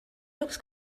looks